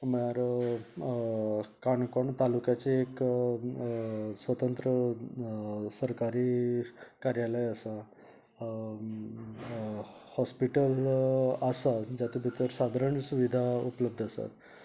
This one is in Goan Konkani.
म्हणल्यार अकाणकोण तालुक्याचे एक स्वतंत्र सरकारी कार्यालय आसा हॉस्पिटल आसा जातूं भितर सादारण सुविधा उपलब्द आसात